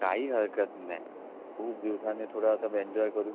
काही हरकत नाही खूप दिवसानी थोडं आता मेन्जॉय करू